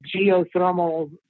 geothermal